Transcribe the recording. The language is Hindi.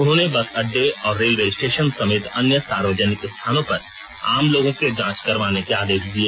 उन्होंने बस अड्डे और रेलवे स्टेशन समेत अन्य सार्वजनिक स्थानों पर आम लोगों के जांच करवाने के आदेश दिए